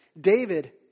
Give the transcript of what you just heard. David